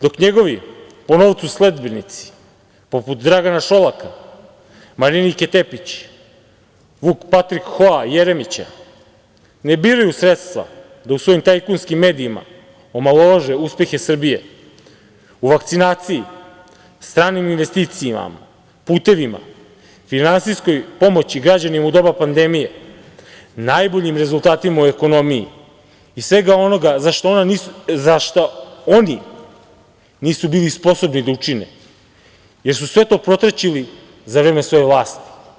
Dok njegovi, po novcu sledbenici, poput Dragana Šolaka, Marinike Tepić, Vuk Patrik Hoa Jeremića ne biraju sredstva da u svojim tajkunksim medijima omalovaže uspehe Srbije u vakcinaciji, stranim investicijama, putevima, finansijskoj pomoći građanima u doba pandemije, najboljim rezultatima u ekonomiji i svega onoga za šta oni nisu bili sposobni da učine, jer su sve to protraćili za vreme svoje vlasti.